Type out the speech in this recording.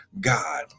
God